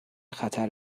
خطر